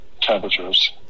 temperatures